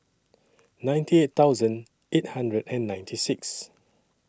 ninety eight thousand eight hundred and ninety six